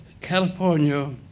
California